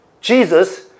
Jesus